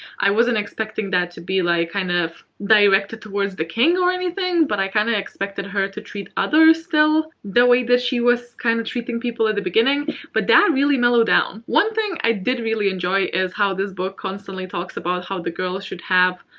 i wasn't expecting that to be, like, kind of directed towards the king or anything but i kind of expected her to treat others still the way that she was kind of treating people at the beginning but that really mellowed down. one thing i did really enjoy is how this book constantly talks about how the girl should have